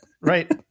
Right